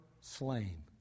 slain